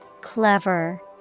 Clever